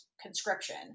conscription